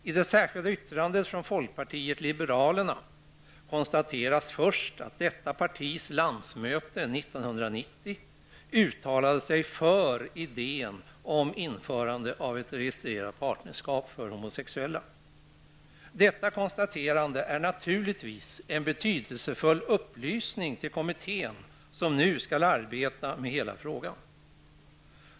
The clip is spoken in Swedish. I det särskilda yttrandet från folkpartiet liberalerna konstateras först att detta partis landsmöte 1990 uttalade sig för idén om införande av ett registrerat partnerskap för homosexuella. Detta konstaterande är naturligtvis en betydelsefull upplysning till kommittén, som nu skall arbeta med hela frågan.